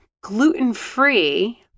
gluten-free